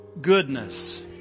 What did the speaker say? goodness